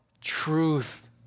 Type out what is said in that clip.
truth